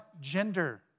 gender